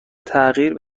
تغییر